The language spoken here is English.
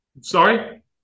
Sorry